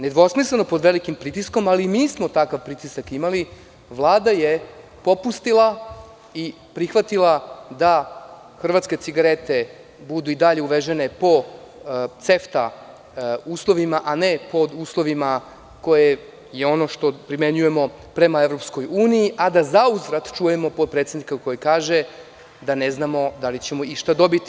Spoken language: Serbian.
Nedvosmisleno pod velikim pritiskom, ali i mi smo takav pritisak imali, Vlada je popustila i prihvatila da hrvatske cigarete budu i dalje uvežene po CEFT-a uslovima, a ne pod uslovima koji su ono što primenjujem prema EU, a da zauzvrat čujemo potpredsednika koji kaže da ne znamo da li ćemo išta dobiti.